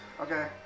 Okay